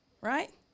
right